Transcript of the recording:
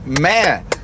Man